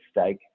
stake